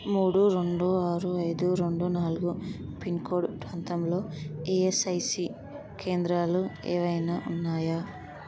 మూడు రెండు ఆరు ఐదు రెండు నాలుగు పిన్కోడ్ ప్రాంతంలో ఈఎస్ఐసి కేంద్రాలు ఏవైనా ఉన్నాయా